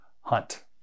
hunt